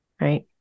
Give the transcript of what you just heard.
right